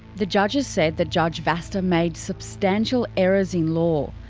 the judges said that judge vasta made substantial errors in law,